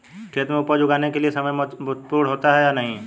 खेतों में उपज उगाने के लिये समय महत्वपूर्ण होता है या नहीं?